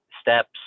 steps